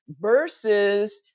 Versus